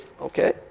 okay